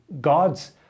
God's